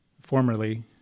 formerly